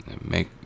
make